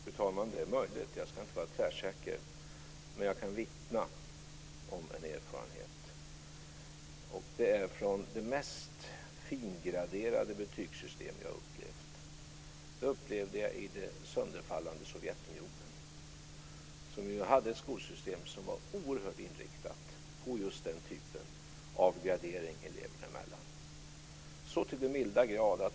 Fru talman! Det är möjligt. Jag ska inte vara tvärsäker. Men jag kan vittna om en erfarenhet. Den är från det mest fingraderade betygssystem jag har upplevt. Det upplevde jag i det sönderfallande Sovjetunionen som ju hade ett skolsystem som var oerhört inriktat på just den typen av gradering eleverna emellan.